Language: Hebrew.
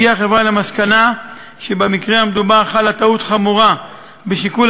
הגיעה החברה למסקנה שבמקרה המדובר חלה טעות חמורה בשיקול